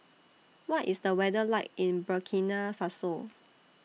What IS The weather like in Burkina Faso